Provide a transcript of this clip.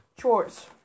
Chores